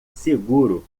seguro